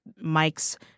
Mike's